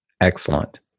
Excellent